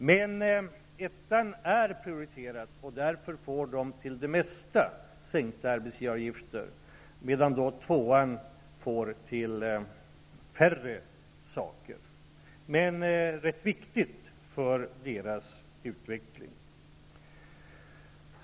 Men stödområde 1 är prioriterat, och därför får de i de flesta fall sänkta arbetsgivaravgifter medan de i 2:an får färre saker, men det är rätt viktigt för deras utveckling.